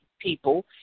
people